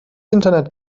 internet